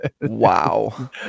wow